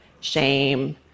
shame